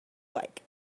like